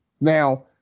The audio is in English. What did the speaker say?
Now